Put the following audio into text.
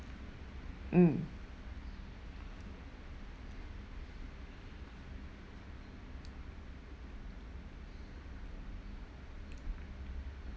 mm